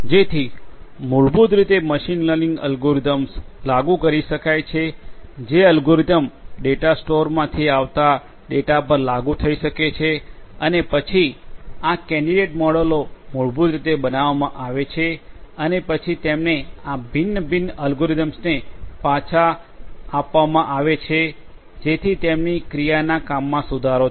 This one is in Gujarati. જેથી મૂળભૂત રીતે મશીન લર્નિંગ એલ્ગોરિધમ્સ લાગુ કરી શકાય છે જે એલ્ગોરિધમ્સ ડેટા સ્ટોરમાંથી આવતા ડેટા પર લાગુ થઈ શકે છે અને પછી આ કેન્ડિડેટ મોડેલો મૂળભૂત રીતે બનાવવામાં આવે છે અને પછી તેમને આ ભિન્ન ભિન્ન અલ્ગોરિધમ્સને પાછા આપવામા આવે છે જેથી તેમની ક્રિયાના કામમાં સુધારો થાય